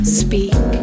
speak